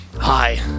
Hi